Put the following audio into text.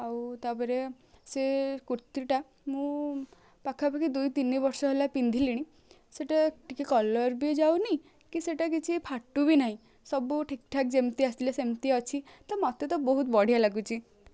ଆଉ ତା'ପରେ ସେ କୁର୍ତୀଟା ମୁଁ ପାଖାପାଖି ଦୁଇ ତିନି ବର୍ଷ ହେଲା ପିନ୍ଧିଲିଣି ସେଇଟା ଟିକେ କଲର୍ ବି ଯାଉନି କି ସେଇଟା କିଛି ଫାଟୁ ବି ନାହିଁ ସବୁ ଠିକ୍ ଠାକ୍ ଯେମିତି ଆସିଥିଲା ସେମିତି ଅଛି ତ ମୋତେ ତ ବହୁତ ବଢ଼ିଆ ଲାଗୁଛି